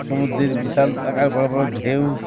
সমুদ্রের বিশাল আকার বড় বড় ঢেউ